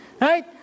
right